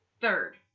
third